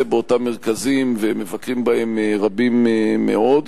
באותם מרכזים ומבקרים בהם רבים מאוד.